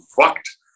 fucked